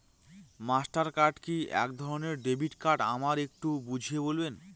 Master card কি একধরণের debit card আমায় একটু বুঝিয়ে বলবেন?